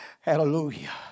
Hallelujah